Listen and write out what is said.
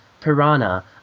Piranha